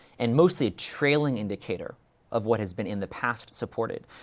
and mostly a trailing indicator of what has been in the past supported,